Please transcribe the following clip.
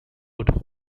would